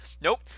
Nope